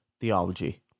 Theology